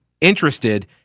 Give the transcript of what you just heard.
interested